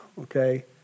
okay